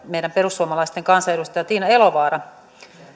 meidän perussuomalaisten kansanedustajan tiina elovaaran